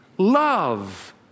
Love